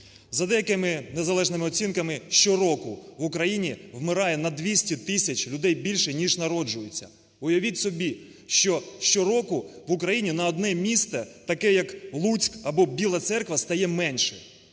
За деякими незалежними оцінками щороку в Україні вмирає на 200 тисяч людей більше ніж народжується. Уявіть собі, що щороку в Україні на одне місто, таке як Луцьк або Біла Церква, стає менше.